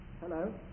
hello